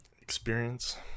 Experience